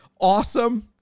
awesome